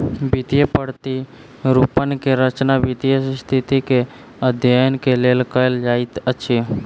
वित्तीय प्रतिरूपण के रचना वित्तीय स्थिति के अध्ययन के लेल कयल जाइत अछि